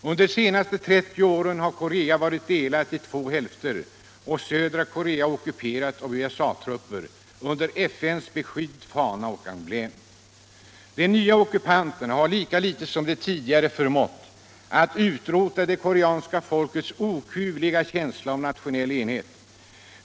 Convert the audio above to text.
Under de senaste 30 åren har Korea varit delat i två hälfter och södra Korea ockuperat av USA-trupper under FN:s beskydd, fana och emblem. De nya ockupanterna har lika litet som de tidigare förmått att utrota det koreanska folkets okuvliga känsla för nationell enhet.